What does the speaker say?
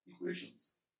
equations